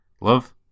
Love